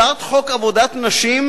על הצעת חוק עבודת נשים,